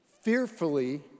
fearfully